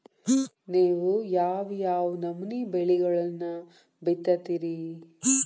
ನೇವು ಯಾವ್ ಯಾವ್ ನಮೂನಿ ಬೆಳಿಗೊಳನ್ನ ಬಿತ್ತತಿರಿ?